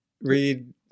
read